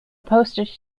postage